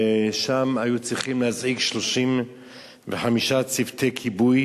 שם היו צריכים להזעיק 35 צוותי כיבוי,